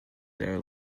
their